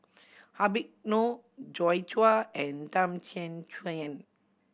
Habib Noh Joi Chua and Tham